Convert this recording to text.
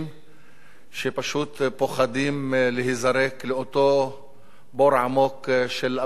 שפשוט פוחדים להיזרק לאותו בור עמוק של אבטלה ושל אי-ודאות.